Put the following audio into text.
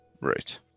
Right